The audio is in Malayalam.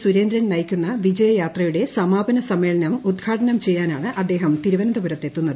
സുരേന്ദ്രൻ നയിക്കുന്ന വിജയ യാത്രയുടെ സമാപന സമ്മേളനം ഉദ്ഘാടനം ചെയ്യാനാണ് അദ്ദേഹം തിരുവനന്തപുരത്തെത്തുന്നത്